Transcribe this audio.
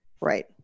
Right